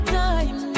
time